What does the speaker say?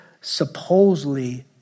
supposedly